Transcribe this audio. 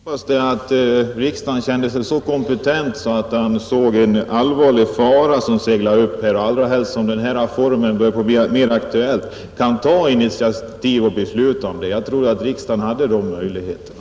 Herr talman! Jag hoppades att riksdagen kände sig så kompetent att den såg en allvarlig fara segla upp här, allra helst som denna form börjat bli alltmer aktuell. Jag trodde riksdagen hade möjligheter att ta initiativ och besluta.